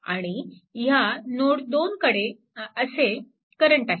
आणि या नोड 2 कडे असे करंट आहेत